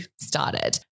started